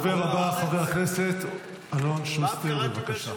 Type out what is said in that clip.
הדובר הבא, חבר הכנסת אלון שוסטר, בבקשה.